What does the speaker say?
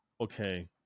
okay